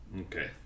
Okay